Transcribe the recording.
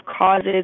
causes